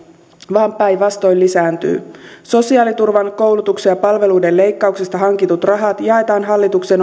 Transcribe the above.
vaan päinvastoin lisääntyy sosiaaliturvan koulutuksen ja palveluiden leikkauksista hankitut rahat jaetaan hallituksen